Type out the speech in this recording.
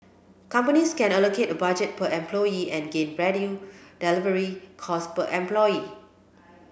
companies can allocate a budget per employee and gain predual delivery cost per employee